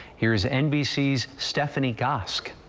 here's nbc's stephanie gosk.